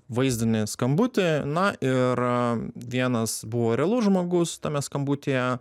vaizdinį skambutį na ir vienas buvo realus žmogus tame skambutyje